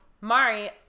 Mari